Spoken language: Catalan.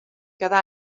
cada